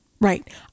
right